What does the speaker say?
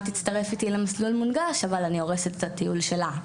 תצטרף איתי למסלול המונגש אבל אני הורסת את הטיול שלה,